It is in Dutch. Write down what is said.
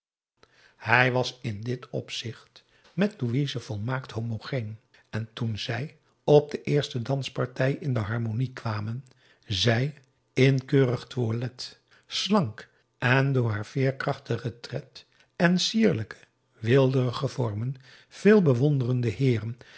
hij was in dit opzicht met louise volmaakt homogeen en toen zij op de eerste danspartij in de harmonie kwamen zij in keurig toilet slank en door haar veerkrachtigen tred en sierlijke weelderige vormen veel bewonderende heeren